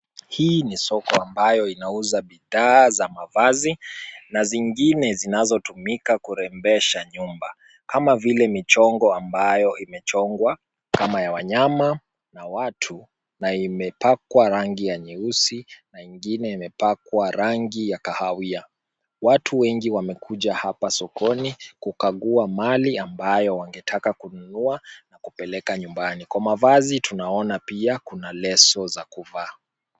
Hii ni soko ambayo inauza bidhaa za mavazi na zingine zinazotumika kurembesha nyumba , kama vile michongo ambayo imechongwa kama ya wanyama na watu na imepakwa rangi ya nyeusi na ingine imepakwa rangi ya kahawia. Watu wengi wamekuja hapa sokoni kukagua mali ambayo wangetaka kununua na kupeleka nyumbani, kwa mavazi tunaona pia kuna leso za kuvaa.